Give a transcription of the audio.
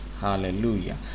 hallelujah